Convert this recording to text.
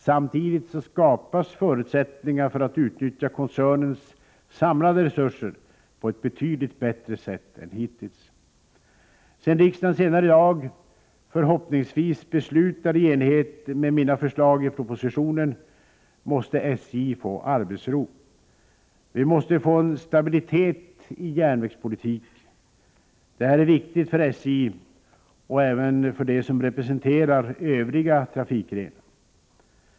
Samtidigt skapas förutsättningar för att utnyttja koncernens samlade resurser på ett betydligt bättre sätt än hittills. Sedan riksdagen senare i dag förhoppningsvis beslutar i enlighet med mina förslag i propositionen måste SJ få arbetsro. Vi måste få en stabilitet i järnvägspolitiken. Detta är viktigt för SJ och även för dem som representerar övriga trafikgrenar.